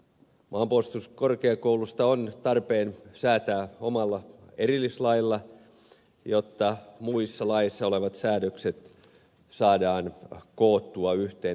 maanpuolustuskorkeakoulusta on tarpeen säätää omalla erillislailla jotta muissa laeissa olevat säädökset saadaan koottua yhteen